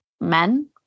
men